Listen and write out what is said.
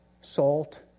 salt